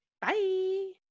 Bye